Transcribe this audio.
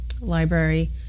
Library